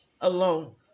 alone